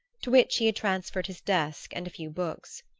to which he had transferred his desk and a few books.